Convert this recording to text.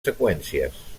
seqüències